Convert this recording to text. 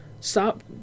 Stop